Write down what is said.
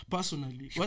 Personally